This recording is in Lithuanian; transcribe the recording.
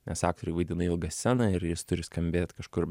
nes aktoriai vaidina ilgą sceną ir jis turi skambėt kažkur